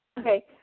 Okay